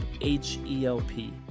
H-E-L-P